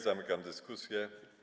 Zamykam dyskusję.